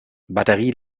batterie